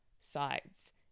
sides